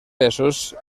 pesos